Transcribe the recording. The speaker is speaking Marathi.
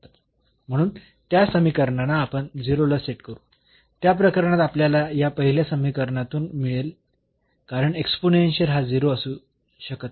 म्हणून त्या समीकरणांना आपण 0 ला सेट करू त्या प्रकरणात आपल्याला या पहिल्या समीकरणातून मिळेल कारण एक्स्पोनेन्शियल हा 0 असू शकत नाही